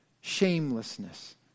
shamelessness